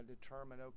determine